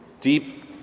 deep